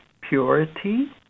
purity